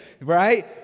right